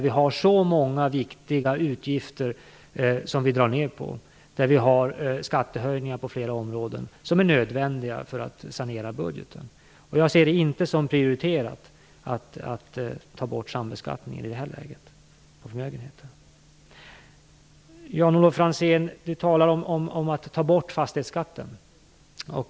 Vi drar ned på många viktiga utgifter, och vi genomför skattehöjningar på flera områden. Detta är nödvändigt för att sanera budgeten, och jag ser det inte som prioriterat att ta bort sambeskattningen på förmögenhet i det här läget. Jan-Olof Franzén talar om att ta bort fastighetsskatten.